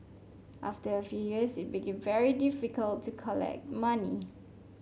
after a few years it became very difficult to collect money